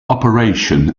operation